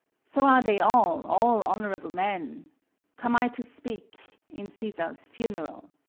so are they all, all honorable men come i to speak in caesar's funeral.